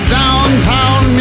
downtown